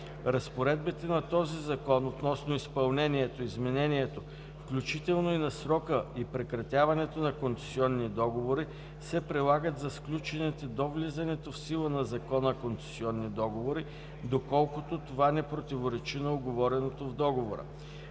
Разпоредбите на този закон относно изпълнението, изменението, включително и на срока и прекратяването на концесионни договори се прилагат за сключените до влизането в сила на закона концесионни договори, доколкото това не противоречи на уговореното с договора.